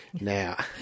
Now